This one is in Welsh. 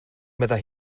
meddai